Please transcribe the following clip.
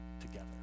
together